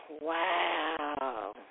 Wow